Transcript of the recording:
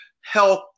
health